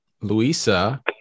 Luisa